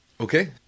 Okay